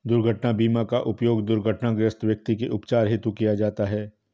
दुर्घटना बीमा का उपयोग दुर्घटनाग्रस्त व्यक्ति के उपचार हेतु किया जाता है